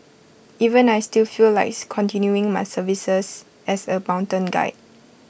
even I still feel likes continuing my services as A mountain guide